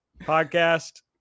podcast